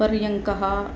पर्यङ्कः